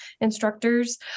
instructors